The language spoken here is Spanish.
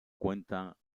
cuenta